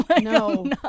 No